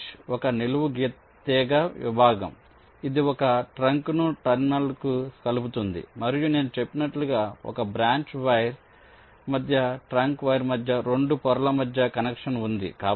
branch ఒక నిలువు తీగ విభాగం ఇది ఒక ట్రంక్ను టెర్మినల్కు కలుపుతుంది మరియు నేను చెప్పినట్లుగా ఒక బ్రాంచ్ వైర్ మధ్య ట్రంక్ వైర్ మధ్య 2 పొరల మధ్య కనెక్షన్ ఉంది